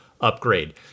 upgrade